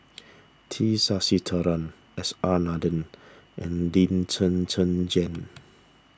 T Sasitharan S R Nathan and Lee Zhen Zhen Jane